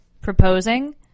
proposing